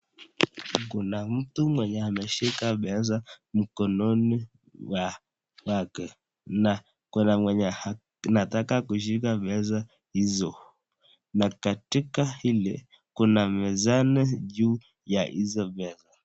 Kuna mtu mwenye ameshika pesa mkononi kwake na kuna mwenye anataka kushika pesa hizo. Katika hili kuna mizani juu ya hizo pesa.